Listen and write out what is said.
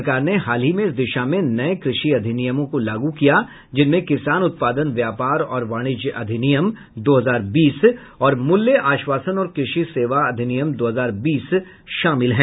सरकार ने हाल ही में इस दिशा में नए कृषि अधिनियमों को लागू किया है जिनमें किसान उत्पादन व्यापार और वाणिज्य अधिनियम दो हजार बीस और मूल्य आश्वासन और कृषि सेवा अधिनियम दो हजार बीस शामिल हैं